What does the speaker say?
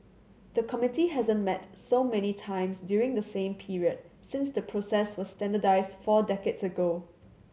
the committee hasn't met so many times during the same period since the process was standardised four decades ago